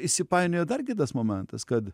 įsipainioja dar kitas momentas kad